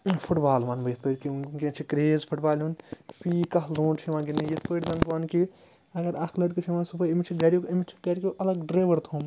foot بال وَنہٕ بہٕ یِتھ پٲٹھۍ کہِ وٕنکٮ۪ن چھِ کریز فُٹ بال ہُنٛد فی کانٛہہ لونڈ چھُ یِوان گِنٛدنہٕ یِتھ پٲٹھۍ زَن بہٕ وَن کہِ اگر اَکھ لٔڑکہٕ چھِ یِوان صُبحٲے أمِس چھُ گَرُک أمِس چھُ گَرِکٮ۪و الگ ڈرٛیوَر تھوٚمُت